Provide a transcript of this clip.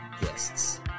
guests